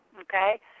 okay